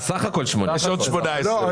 עכשיו יש 62. הוא אומר שיש עוד 80. לא.